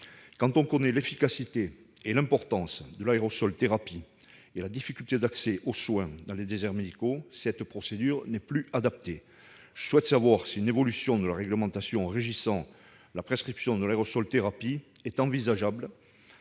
Quand on connaît l'efficacité et l'importance de l'aérosolthérapie et la difficulté d'accès aux soins dans les déserts médicaux, il faut admettre que cette procédure n'est plus adaptée. Je souhaite savoir si une évolution de la réglementation régissant la prescription de l'aérosolthérapie est envisageable